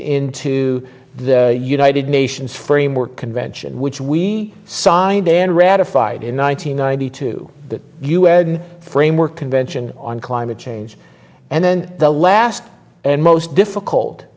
into the united nations framework convention which we signed and ratified in one nine hundred ninety two the u n framework convention on climate change and then the last and most difficult